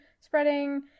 spreading